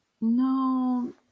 No